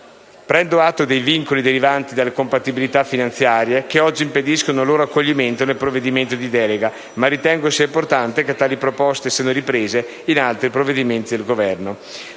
Prendo atto dei vincoli derivanti dalle compatibilità finanziarie che oggi impediscono un loro accoglimento nel provvedimento di delega, ma ritengo sia importante che tali proposte siano riprese in altri provvedimenti del Governo.